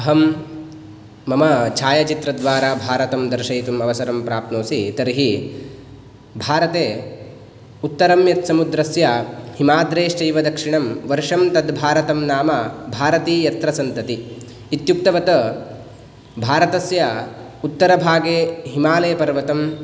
अहं मम छायाचित्रद्वारा भारतं भारतं दर्शयितुम् अवसरं प्राप्नोमि तर्हि भारते उत्तरं यत् समुद्रस्य हिमाद्रेश्चैव दक्षिणं वर्षं तद् भारतं नाम भारती यत्र सन्तती इत्युक्तवत् भारतस्य उत्तरभागे हिमालयपर्वतम्